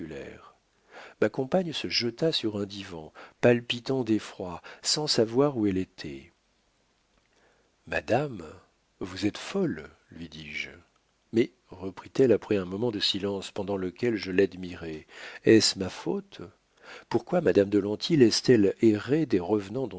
ma compagne se jeta sur un divan palpitant d'effroi sans savoir où elle était madame vous êtes folle lui dis-je mais reprit-elle après un moment de silence pendant lequel je l'admirai est-ce ma faute pourquoi madame de lanty laisse-t-elle errer des revenants